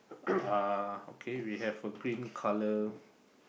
uh okay we have a green color